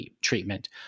treatment